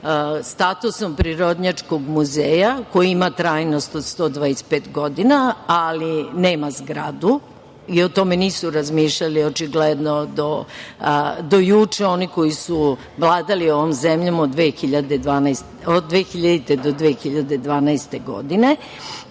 statusom Prirodnjačkog muzeja koji ima trajnost od 125 godina, ali nema zgradu i o tome nisu razmišljali očigledno do juče oni koji su vladali ovom zemljom od 2000. do 2012. godine,